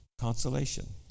consolation